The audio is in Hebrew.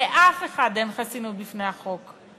לאף אחד אין חסינות בפני החוק.